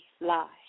lie